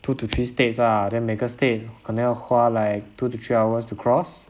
two to three states ah then 每个 states 可能要花 like two to three hours to cross